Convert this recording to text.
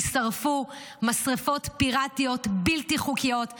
ישרפו במשרפות פיראטיות בלתי חוקיות,